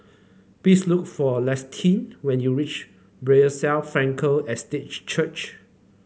please look for Lissette when you reach Bethesda Frankel Estate Church